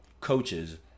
coaches